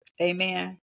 Amen